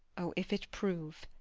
o, if it prove,